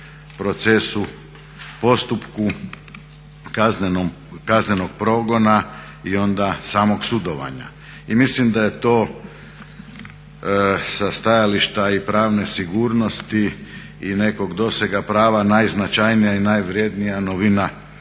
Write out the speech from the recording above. procesu, postupku kaznenog progona i onda samog sudovanja. I mislim da je to sa stajališta i pravne sigurnosti i nekog dosega prava najznačajnija i najvrednija novina